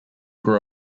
grew